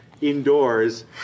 indoors